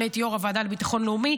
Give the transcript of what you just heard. אני הייתי יושבת-ראש הוועדה לביטחון לאומי,